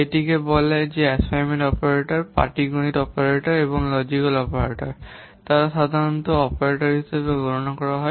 এটি বলে যে অ্যাসাইনমেন্ট অপারেটর পাটিগণিত অপারেটর এবং লজিকাল অপারেটর তারা সাধারণত অপারেটর হিসাবে গণনা করা হয়